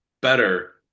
better